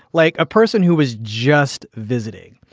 like a person who was just visiting.